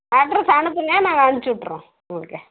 address அனுப்புங்க நாங்கள் அனுப்ச்சு விட்டுறோம் உங்களுக்கு